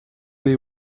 they